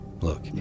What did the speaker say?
Look